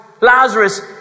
Lazarus